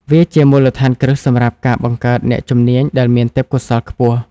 វាជាមូលដ្ឋានគ្រឹះសម្រាប់ការបង្កើតអ្នកជំនាញដែលមានទេពកោសល្យខ្ពស់។